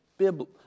Bible